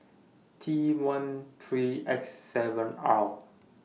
T one three X seven R